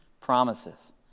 promises